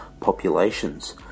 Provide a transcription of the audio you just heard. populations